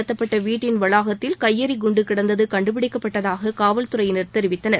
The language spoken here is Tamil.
நடத்தப்பட்ட வீட்டின் வளாகத்தில் கையெறி தாக்குதல் குண்டு கிடந்தது கண்டுபிடிக்கப்பட்டதாக காவல்துறையினர் தெரிவித்தனர்